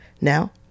Now